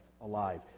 alive